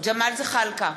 ג'מאל זחאלקה,